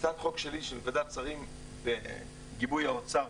הצעת חוק שלי של ועדת שרים ובגיבוי האוצר,